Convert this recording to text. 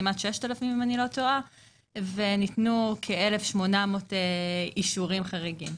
כמעט 6,000 וניתנו כ-1,800 אישורים חריגים.